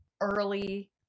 early